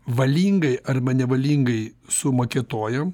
valingai arba nevalingai sumaketuojam